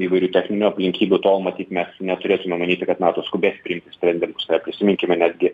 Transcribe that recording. įvairių techninių aplinkybių tol matyt mes neturėtume manyti kad nato skubės priimti sprendimą prisiminkime netgi